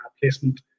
placement